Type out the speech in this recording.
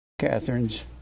Catherine's